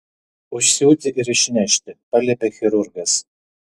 užsiūti ir išnešti paliepė chirurgas